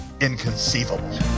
inconceivable